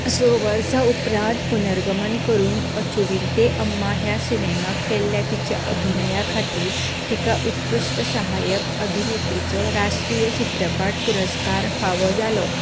स वर्सां उपरांत पुनर्गमन करून अचुविंते अम्मा ह्या सिनेमांक केल्ल्या तिच्या अभिनया खातीर तिका उत्कृश्ट सहाय्यक अभिनेत्रीचो राष्ट्रीय चित्रपट पुरस्कार फावो जालो